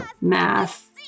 math